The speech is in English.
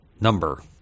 number